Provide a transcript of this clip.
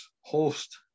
host